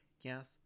Yes